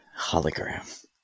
Hologram